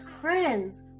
friends